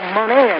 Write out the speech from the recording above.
money